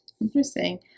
Interesting